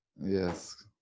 yes